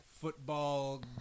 football